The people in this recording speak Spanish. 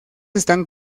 están